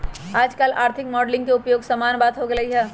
याजकाल आर्थिक मॉडलिंग के उपयोग सामान्य बात हो गेल हइ